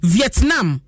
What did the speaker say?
Vietnam